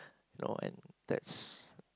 no one that's